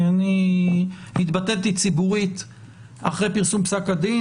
אני התבטאתי ציבורית אחרי פרסום פסק הדין